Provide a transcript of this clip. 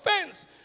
offense